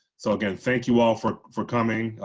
so again, thank you all for for coming.